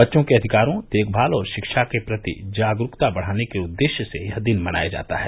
बच्चों के अधिकारों देखभाल और शिक्षा के प्रति जागरूकता बढ़ाने के उद्देश्य से यह दिन मनाया जाता है